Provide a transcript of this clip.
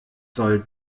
soll